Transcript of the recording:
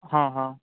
હા હા